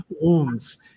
wounds